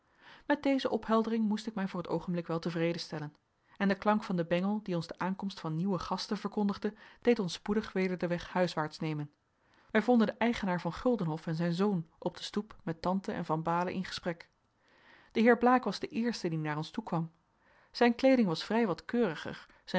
met deze opheldering moest ik mij voor het oogenblik wel tevreden stellen en de klank van den bengel die ons de aankomst van nieuwe gasten verkondigde deed ons spoedig weder den weg huiswaarts nemen wij vonden den eigenaar van guldenhof en zijn zoon op de stoep met tante en van baalen in gesprek de heer blaek was de eerste die naar ons toekwam zijn kleeding was vrij wat keuriger zijn